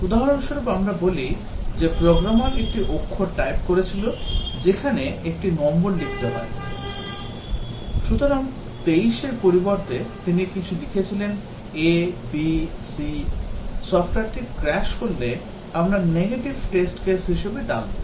উদাহরণস্বরূপ আসুন আমরা বলি যে প্রোগ্রামার একটি অক্ষর টাইপ করেছিল যেখানে একটি নম্বর লিখতে হয় সুতরাং 23 এর পরিবর্তে তিনি কিছু লিখেছিলেন a b c সফ্টওয়্যারটি ক্র্যাশ করলে আমরা negative test case হিসাবে ডাকব